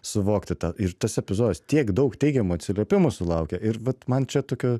suvokti tą ir tas epizodas tiek daug teigiamų atsiliepimų sulaukė ir vat man čia tokio